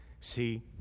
See